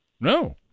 No